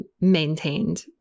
maintained